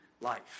life